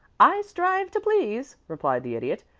i strive to please, replied the idiot.